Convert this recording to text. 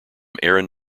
aaron